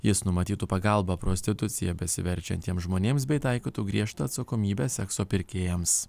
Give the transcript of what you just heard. jis numatytų pagalbą prostitucija besiverčiantiem žmonėms bei taikytų griežtą atsakomybę sekso pirkėjams